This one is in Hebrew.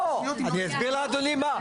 לא, אני אסביר לאדוני מה.